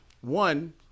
one